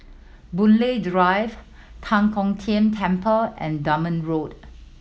Boon Lay Drive Tan Kong Tian Temple and Dunman Road